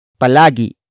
palagi